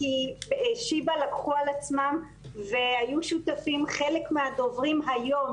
כי בשיבא לקחו על עצמם והיו שותפים חלק מהדוברים היום,